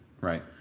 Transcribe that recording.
Right